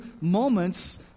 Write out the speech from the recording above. moments